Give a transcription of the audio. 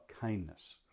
kindness